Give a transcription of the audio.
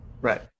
right